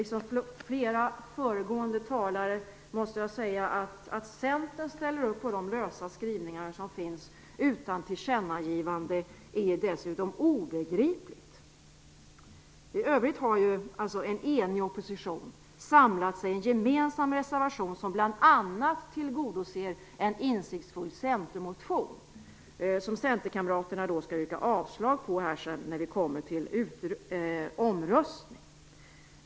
Liksom flera föregående talare måste jag säga att det dessutom är obegripligt att Centern ställer upp på lösa skrivningar utan tillkännagivande. I övrigt har ju en enig opposition samlat sig i en gemensam reservation som bl a. tillgodoser en insiktsfull c-motion, som centerkamraterna skall yrka avslag på när vi kommer till omröstning.